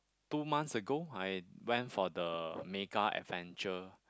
two months ago I went for the Mega Adventure